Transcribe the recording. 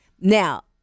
Now